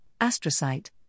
astrocyte